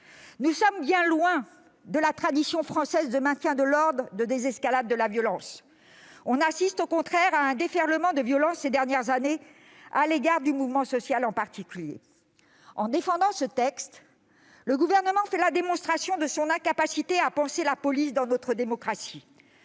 Nous sommes bien loin de la tradition française du maintien de l'ordre par la désescalade de la violence. On assiste au contraire à un déferlement de violence, ces dernières années, contre le mouvement social en particulier. En défendant ce texte, le Gouvernement fait la démonstration de son incapacité à penser la police dans notre démocratie.